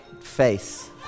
face